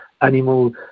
animal